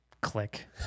click